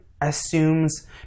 assumes